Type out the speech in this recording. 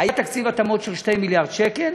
היה תקציב התאמות של 2 מיליארד שקל.